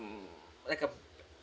like a